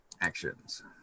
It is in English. Actions